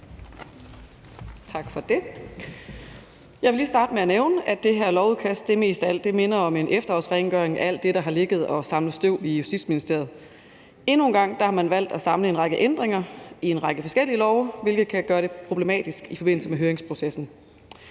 Jeg vil lige starte med at nævne, at det her lovforslag mest af alt minder om en efterårsrengøring af alt det, der har ligget og samlet støv i Justitsministeriet. Endnu en gang har man valgt at samle en række ændringer i en række forskellige love, hvilket kan gøre det problematisk i forbindelse med høringsprocessen.